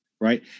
right